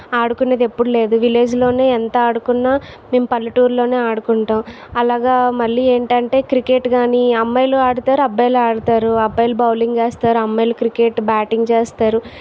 ఆడుకునేది ఎప్పుడు లేదు విలేజ్లోనే ఎంత ఆడుకున్న మేము పల్లెటూర్లోనే ఆడుకుంటాం అలాగా మళ్ళీ ఏంటంటే క్రికెట్ కానీ అమ్మాయిలు ఆడతారు అబ్బాయిలు ఆడతారు అబ్బాయిలు బౌలింగ్ వేస్తారు అమ్మాయిలు క్రికెట్ బ్యాటింగ్ చేస్తారు